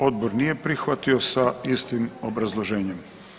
Odbor nije prihvatio sa istim obrazloženjem.